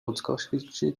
ludzkości